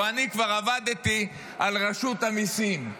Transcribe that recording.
או אני כבר עבדתי על רשות המיסים,